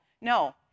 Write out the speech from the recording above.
No